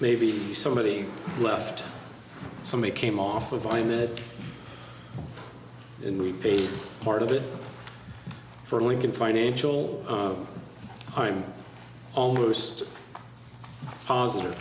maybe somebody left somebody came off of i'm in a part of it for lincoln financial i'm almost positive